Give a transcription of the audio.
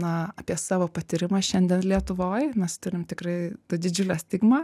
na apie savo patyrimą šiandien lietuvoj mes turim tikrai tą didžiulę stigmą